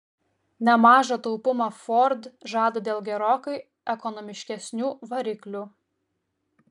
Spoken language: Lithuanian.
nemažą taupumą ford žada dėl gerokai ekonomiškesnių variklių